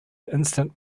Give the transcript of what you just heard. instant